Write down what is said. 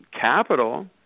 capital